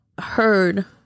heard